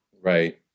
right